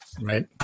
right